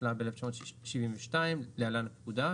התשל"ב-1972 (להלן - הפקודה),